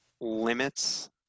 limits